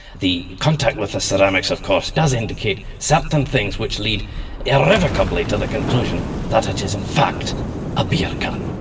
the contact with the ceramics of course does indicate certain things which lead irrevocably to the conclusion that it is in fact a beer can.